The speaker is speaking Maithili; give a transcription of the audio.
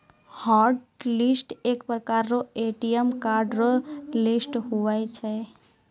हॉटलिस्ट एक प्रकार रो ए.टी.एम कार्ड रो लिस्ट हुवै छै